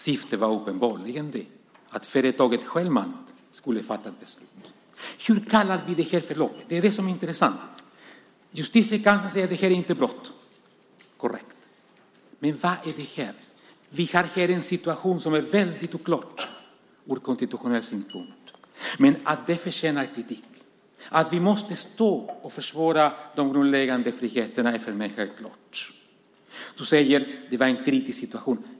Syftet var uppenbarligen att företaget självmant skulle fatta ett beslut. Hur benämner vi det här förloppet? Det är det som är intressant. Justitiekanslern säger att det här inte är ett brott. Det är korrekt. Men vad är det här? Vi har här en situation som är väldigt oklar ur konstitutionell synpunkt, men detta förtjänar kritik. Att vi måste försvara de grundläggande friheterna är för mig självklart. Du säger: Det var en kritisk situation.